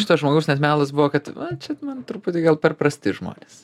šito žmogaus net melas buvo kad va čia man truputį gal per prasti žmonės